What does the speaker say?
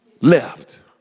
left